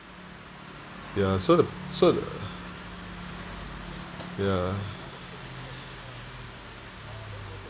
ya so the so the ya